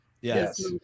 yes